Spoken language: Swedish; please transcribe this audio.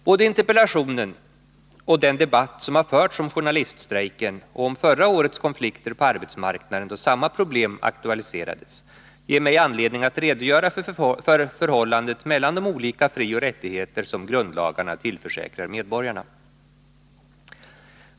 Både interpellationen och den debatt som har förts om journaliststrejken och om förra årets konflikter på arbetsmarknaden då samma problem aktualiserades ger mig anledning att redogöra för förhållandet mellan de olika frioch rättigheter som grundlagarna tillförsäkrar medborgarna.